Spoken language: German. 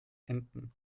enten